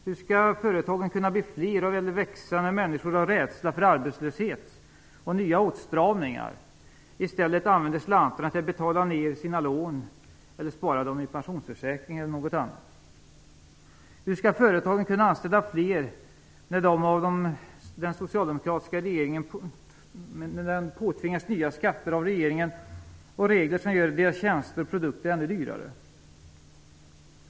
Hur skall företagen kunna bli fler eller växa när människor av rädsla för arbetslöshet och nya åtstramningar i stället använder slantarna till att betala ned sina lån eller spara dem i pensionsförsäkringar eller något annat? Hur skall företagen kunna anställa fler när de av regeringen påtvingas nya skatter och regler som gör deras tjänster och produkter ännu dyrare?